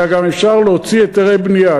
אלא גם אפשר להוציא היתרי בנייה,